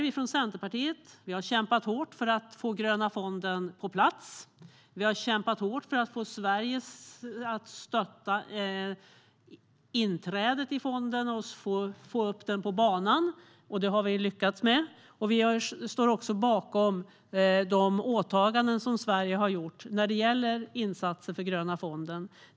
Vi från Centerpartiet har kämpat hårt för att få Gröna fonden på plats. Vi har kämpat hårt för att få Sverige att stötta inträdet i fonden och få upp den på banan, och det har vi lyckats med. Vi står också bakom de åtaganden som Sverige har gjort när det gäller insatser för Gröna fonden.